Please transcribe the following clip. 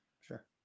Sure